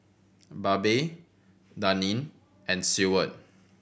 Babe Daneen and Seward